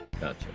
Gotcha